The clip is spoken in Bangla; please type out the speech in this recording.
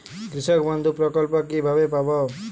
কৃষকবন্ধু প্রকল্প কিভাবে পাব?